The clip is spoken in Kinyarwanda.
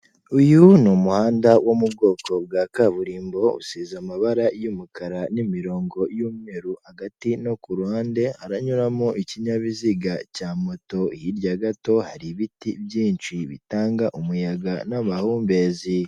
Uyu ni umuhanda wo mu bwoko bwa kaburimbo, usize amabara y'umukara n'imirongo y'umweru, hagati no kuruhande aranyuramo ikinyabiziga cya moto, hirya gato hari ibiti byinshi bitanga n'amahumbezi.